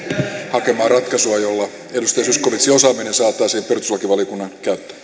hakemaan ratkaisua jolla edustaja zyskowiczin osaaminen saataisiin perustuslakivaliokunnan